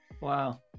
Wow